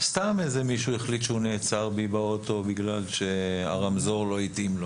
סתם איזה מישהו החליט שהוא נעצר בי באוטו בגלל שהרמזור לא התאים לו.